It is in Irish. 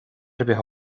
bith